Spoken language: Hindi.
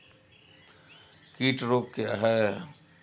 कीट रोग क्या है?